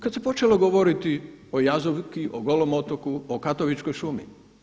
Kada se počelo govoriti o Jazovki, o Golom otoku, o Katovičkoj šumi.